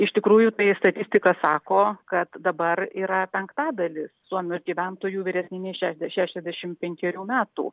iš tikrųjų tai statistika sako kad dabar yra penktadalis suomių gyventojų vyresni nei šešiasdešimt penkerių metų